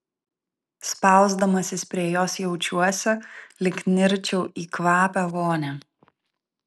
spausdamasis prie jos jaučiuosi lyg nirčiau į kvapią vonią